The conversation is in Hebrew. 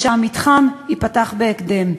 והמתחם ייפתח בהקדם.